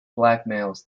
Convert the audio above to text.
blackmails